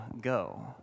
go